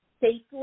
safely